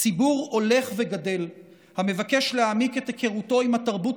ציבור הולך וגדל המבקש להעמיק את היכרותו עם התרבות